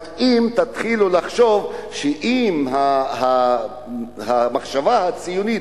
רק אם תתחילו לחשוב שאם המחשבה הציונית,